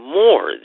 more